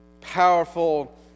powerful